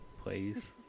please